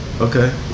Okay